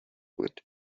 بود